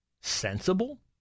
sensible